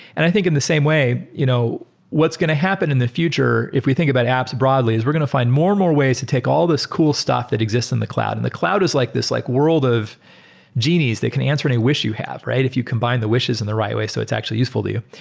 and i think in the same way, you know what's going to happen in the future if we think about apps broadly is we're going to find more and more ways to take all this cool stuff that exists in the cloud, and the cloud is like this like world of genies that can answer any wish you have if you combine the wishes in the right way so it's actually useful to you.